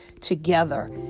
together